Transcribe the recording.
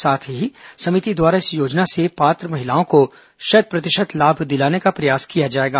साथ ही समिति द्वारा इस योजना से पात्र महिलाओं को शत प्रतिशत लाभ दिलाने का प्रयास किया जाएगा